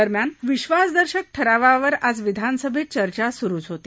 दरम्यान विश्वासदर्शक ठरावावर आज विधानसभेत चर्चा सुरुच होती